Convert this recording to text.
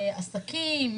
עסקים,